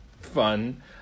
fun